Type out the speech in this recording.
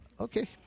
Okay